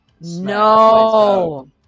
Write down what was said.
No